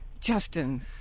Justin